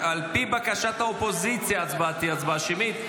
על פי בקשת האופוזיציה ההצבעה תהיה הצבעה שמית.